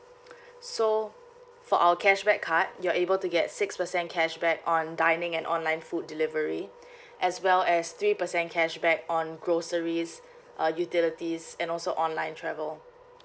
so for our cashback card you're able to get six percent cashback on dining and online food delivery as well as three percent cashback on groceries uh utilities and also online travel